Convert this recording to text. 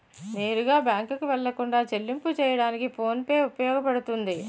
నేరుగా బ్యాంకుకు వెళ్లకుండా చెల్లింపు చెయ్యడానికి ఫోన్ పే ఉపయోగపడుతుంది